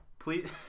Please